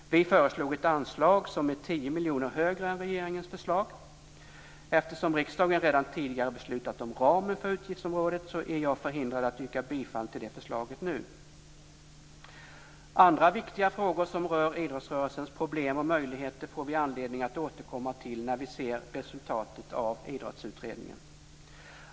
Vi föreslog ett anslag som är 10 miljoner högre är regeringens förslag. Eftersom riksdagen redan tidigare beslutat om ramen för utgiftsområdet är jag förhindrad att yrka bifall det förslaget nu. Andra viktiga frågor som rör idrottsrörelsens problem och möjligheter får vi anledning att återkomma till när vi ser resultatet av Idrottsutredningen.